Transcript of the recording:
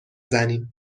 زنیم